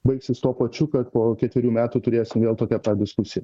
baigsis tuo pačiu kad po ketverių metų turėsim vėl tokią pat diskusiją